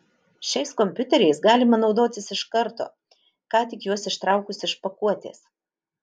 šiais kompiuteriais galima naudotis iš karto ką tik juos ištraukus iš pakuotės